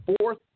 fourth